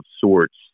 sorts